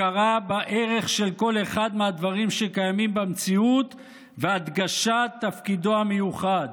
הכרה בערך של כל אחד מדברים שקיימים במציאות והדגשת תפקידו המיוחד.